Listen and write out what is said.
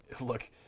look